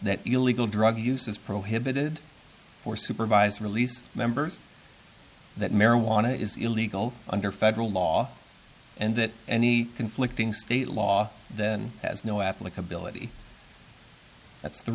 that illegal drug use is prohibited or supervised release members that marijuana is illegal under federal law and that any conflicting state law then has no applicability that's the